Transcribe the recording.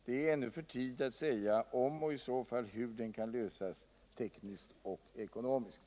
Det är ännu för udigt ati säga om och i så fall hur den kan lösas tekniskt och ekonomiskt.